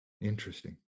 Interesting